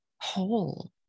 whole